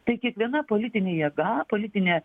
tai kiekviena politinė jėga politinė